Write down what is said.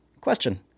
Question